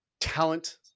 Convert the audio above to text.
Talent